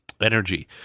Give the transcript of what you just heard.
energy